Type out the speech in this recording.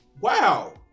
wow